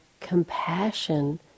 compassion